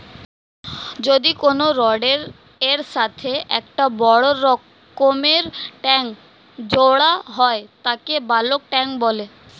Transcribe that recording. যদি কোনো রডের এর সাথে একটা বড় রকমের ট্যাংক জোড়া হয় তাকে বালক ট্যাঁক বলে